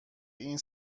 این